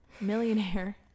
millionaire